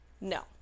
No